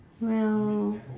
well